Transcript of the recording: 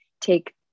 take